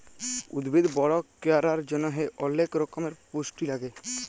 উদ্ভিদ বড় ক্যরার জন্হে অলেক রক্যমের পুষ্টি লাগে